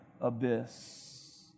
abyss